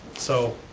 so,